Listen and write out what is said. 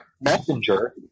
Messenger